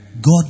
God